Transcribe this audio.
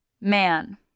man